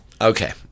Okay